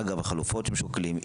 ואגב החלופות שהם שוקלים,